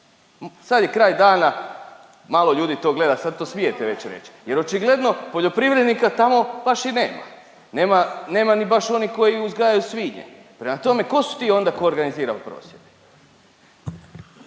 Sad je kraj dana, malo ljudi to gleda, sad to smijete već reć. Jer očigledno poljoprivrednika tamo baš i nema, nema, nema ni baš onih koji uzgajaju svinje. Prema tome tko su ti onda tko organiziraju prosvjede?